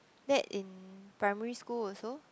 that in primary school also